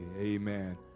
amen